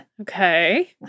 Okay